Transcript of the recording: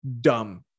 dumb